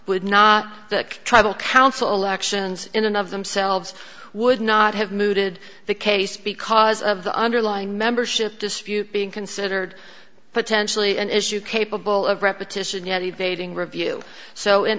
would not the tribal council elections in and of themselves would not have mooted the case because of the underlying membership dispute being considered potentially an issue capable of repetition yet evading review so in